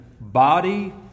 body